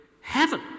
heaven